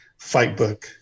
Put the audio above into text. FightBook